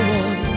one